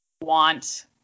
want